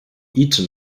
eton